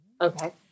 Okay